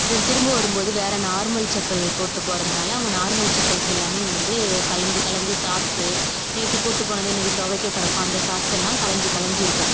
திரும்ப வரும்போது வேறு நார்மல் செப்பல் போட்டு போவதுனால அவங்க நார்மல் செப்பல்ஸ் எல்லாமே வந்து கலைஞ்சி கலைஞ்சி சாக்ஸ்ஸு நேற்று போட்டுபோனது இன்னிக்கி துவைக்க கிடக்கும் அந்த சாக்ஸ்ஸெல்லாம் கலைஞ்சி கலைஞ்சி இருக்கும்